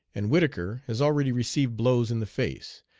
and whittaker has already received blows in the face,